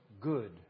good